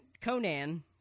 Conan